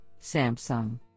Samsung